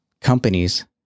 companies